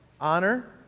honor